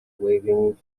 waving